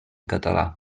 català